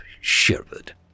shivered